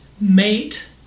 mate